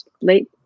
late